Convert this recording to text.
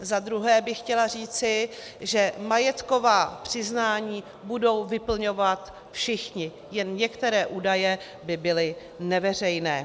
Za druhé bych chtěla říci, že majetková přiznání budou vyplňovat všichni, jen některé údaje by byly neveřejné.